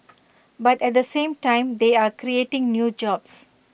but at the same time they are creating new jobs